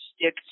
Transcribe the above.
stick